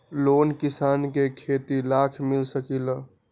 Loan किसान के खेती लाख मिल सकील?